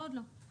עוד לא דנו.